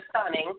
stunning